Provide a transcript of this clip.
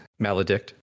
Maledict